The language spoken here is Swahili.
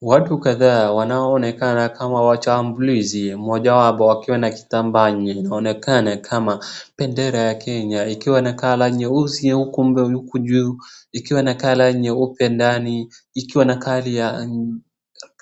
Watu kadhaa wanaonekana kama washambulizi, mmoja wao akiwa na kitambaa inaonekana kama bendera ya Kenya. Ikiwa na colour nyeusi uku mbele, uku juu ikiwa na colour nyeupe ndani, ikiwa na colour ya